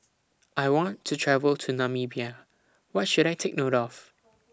I want to travel to Namibia What should I Take note of